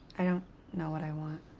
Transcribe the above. i don't know what i want.